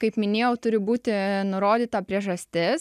kaip minėjau turi būti nurodyta priežastis